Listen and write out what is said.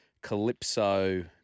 Calypso